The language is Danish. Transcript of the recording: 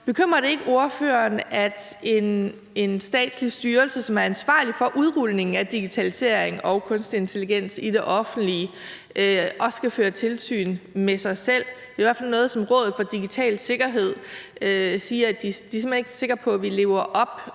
Bekymrer det ikke ordføreren, at en statslig styrelse, som er ansvarlig for udrulning af digitalisering og kunstig intelligens i det offentlige, også skal føre tilsyn med sig selv? Det er i hvert fald noget som Rådet for Digital Sikkerhed siger, altså at de simpelt hen ikke er sikre på, at vi lever op